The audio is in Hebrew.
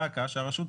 דא עקא שהרשות,